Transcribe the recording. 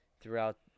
throughout